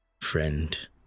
friend